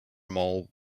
mall